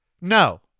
no